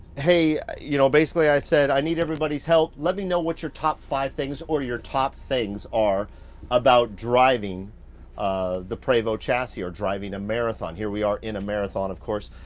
you know basically i said i need everybody's help, let me know what your top five things, or your top things are about driving ah the prevost chassis, or driving a marathon. here we are in a marathon of course.